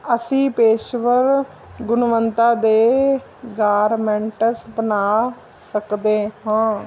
ਅਸੀਂ ਪੇਸ਼ੇਵਰ ਗੁਣਵਤਾ ਦੇ ਗਾਰਮੈਂਟਸ ਬਣਾ ਸਕਦੇ ਹਾਂ